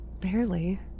Barely